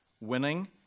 winning